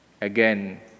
Again